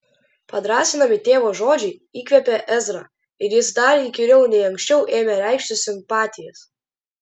padrąsinami tėvo žodžiai įkvėpė ezrą ir jis dar įkyriau nei anksčiau ėmė reikšti simpatijas